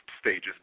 stages